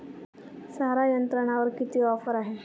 सारा यंत्रावर किती ऑफर आहे?